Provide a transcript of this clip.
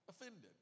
Offended